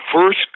first